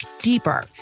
deeper